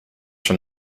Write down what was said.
from